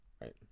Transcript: Right